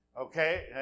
okay